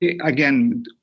again